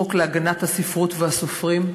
החוק להגנת הספרות והסופרים,